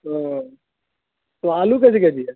تو تو آلو کیسے کے جی ہے